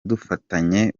dufatanye